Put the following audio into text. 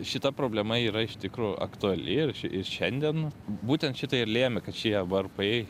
šita problema yra iš tikrųjų aktuali ir šiandien būtent šitai ir lėmė kad šie varpai